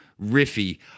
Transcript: riffy